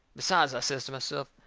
besides, i says to myself,